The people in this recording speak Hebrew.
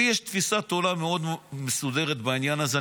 לי יש תפיסת עולם מאוד מסוימת בעניין הזה.